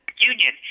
union